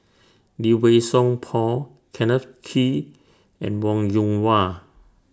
Lee Wei Song Paul Kenneth Kee and Wong Yoon Wah